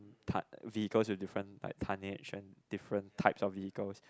tonne vehicles with different like tonnage and different types of vehicles